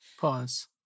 Pause